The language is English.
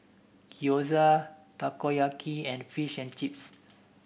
Gyoza Takoyaki and Fish and Chips